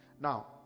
now